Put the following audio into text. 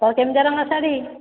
କ'ଣ କେମିତିଆ ରଙ୍ଗର ଶାଢ଼ୀ